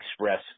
express